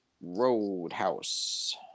Roadhouse